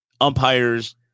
umpires